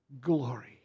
glory